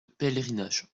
pèlerinage